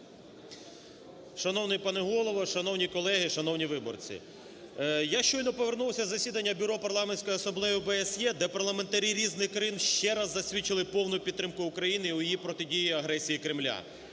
Шановний пане Голово, шановні колеги, шановні виборці! Я щойно повернувся із засідання Бюро Парламентської асамблеї ОБСЄ, де парламентарі різних країн ще раз засвідчили повну підтримку України у її протидії агресії Кремля.